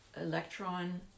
electron